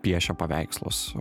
piešia paveikslus